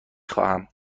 خواهم